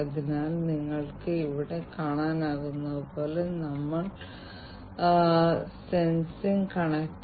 അതിനാൽ ഇതാണ് താപനില പ്ലോട്ട് അതുപോലെ തന്നെ ഈ പൾസ് ഓക്സിമീറ്ററും അവിടെയുണ്ട്